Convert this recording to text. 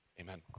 Amen